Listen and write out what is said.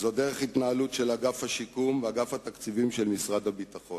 זו דרך ההתנהלות של אגף השיקום ושל אגף התקציבים של משרד הביטחון.